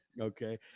okay